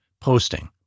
posting